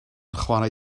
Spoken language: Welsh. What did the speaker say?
chwarae